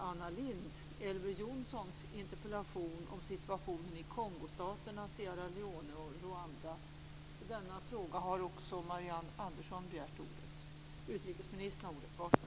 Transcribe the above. Skulle det visa sig att det behövs någon lagändring ska jag be att få återkomma.